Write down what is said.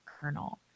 kernel